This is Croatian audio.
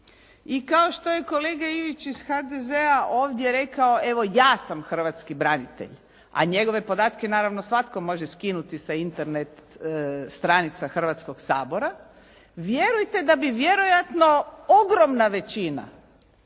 I kao što je kolega Ivić iz HDZ-a ovdje rekao evo ja sam hrvatski branitelj, a njegove podatke naravno svatko može skinuti sa Internet stranica Hrvatskog sabora vjerujte da bi vjerojatno ogromna većina